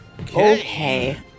Okay